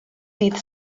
dydd